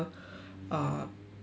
err building